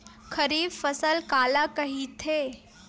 खरीफ फसल काला कहिथे?